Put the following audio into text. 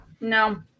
no